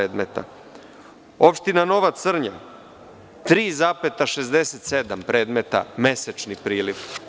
Opština Nova Crnja – 3,67 predmeta mesečni priliv.